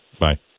Bye